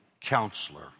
counselor